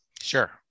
sure